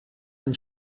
anne